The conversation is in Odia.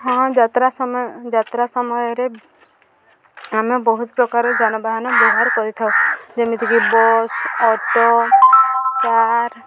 ହଁ ଯାତ୍ରା ସମୟ ଯାତ୍ରା ସମୟରେ ଆମେ ବହୁତ ପ୍ରକାର ଯାନବାହାନ ବ୍ୟବହାର କରିଥାଉ ଯେମିତିକି ବସ୍ ଅଟୋ କାର୍